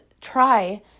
Try